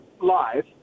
live